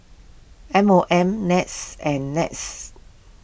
M O M NETS and NETS